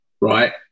right